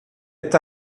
est